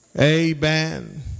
Amen